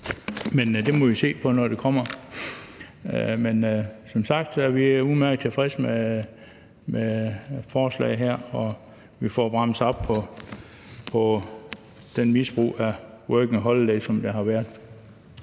Men det må vi se på, når det kommer. Som sagt er vi udmærket tilfredse med forslaget her og med, at vi får bremset op for det misbrug af working holiday, som der har været.